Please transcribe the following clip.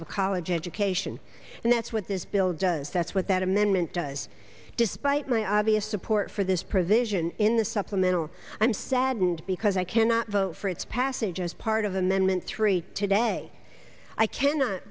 of a college education and that's what this bill does that's what that amendment does despite my obvious support for this provision in the supplemental i'm saddened because i cannot vote for its passage as part of amendment three today i cannot